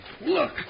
Look